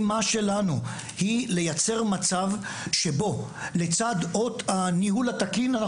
אני חושב המשימה שלנו היא לייצר מצב שבו לצד אות הניהול התקין,